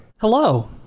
hello